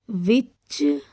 ਵਿੱਚ